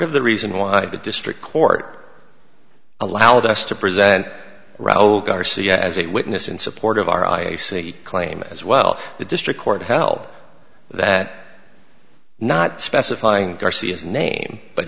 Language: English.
of the reason why the district court allowed us to present raul garcia as a witness in support of our i a c claim as well the district court hell that not specifying garcia's name but